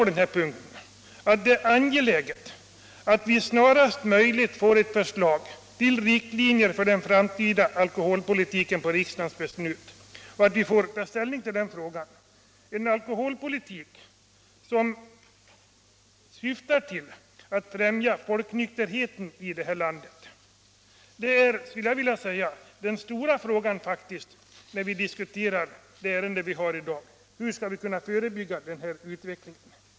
Det är angeläget att förslag till riktlinjer för den framtida alkoholpolitiken snarast möjligt föreläggs riksdagen, så att vi kan ta ställning till den frågan och besluta om en alkoholpolitik, som syftar till att främja folknykterheten. Den stora frågan när vi nu diskuterar detta ärende är hur man skall kunna förebygga den oroande utveckling som pågår.